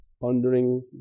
Pondering